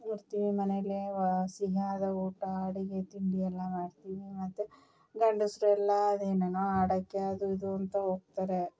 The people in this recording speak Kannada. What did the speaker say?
ಇರ್ತೀವಿ ಮನೆಯಲ್ಲೇ ವ ಸಿಹಿಯಾದ ಊಟ ಅಡುಗೆ ತಿಂಡಿಯೆಲ್ಲ ಮಾಡ್ತೀವಿ ಮತ್ತು ಗಂಡಸ್ರೆಲ್ಲಾ ಏನೇನೋ ಆಡೋಕೆ ಅದು ಇದು ಅಂತ ಹೋಗ್ತಾರೆ